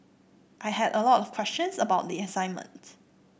I had a lot of questions about the assignment